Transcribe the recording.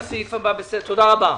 תודה רבה.